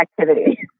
activity